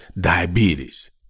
diabetes